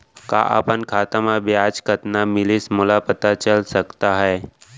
का अपन खाता म ब्याज कतना मिलिस मोला पता चल सकता है?